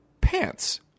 Pants